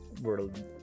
world